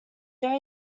there